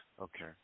Okay